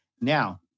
Now